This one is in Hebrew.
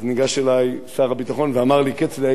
אז ניגש אלי שר הביטחון ואמר לי: כצל'ה,